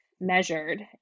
measured